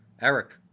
Eric